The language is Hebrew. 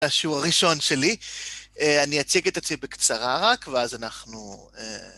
השיעור הראשון שלי, אני אציג את עצמי בקצרה רק, ואז אנחנו...